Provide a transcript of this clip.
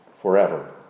forever